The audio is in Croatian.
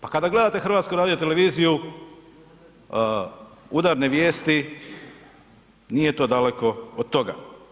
Pa kada gledate HRT, udarne vijesti, nije to daleko od toga.